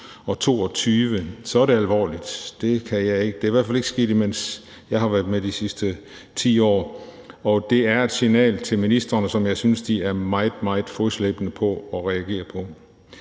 for 2022, så er det alvorligt. Det er i hvert fald ikke sket, mens jeg har været med de sidste 10 år, og det er et signal til ministrene, som jeg synes de er meget, meget fodslæbende med at reagere på.